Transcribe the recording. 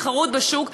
תחרות בשוק,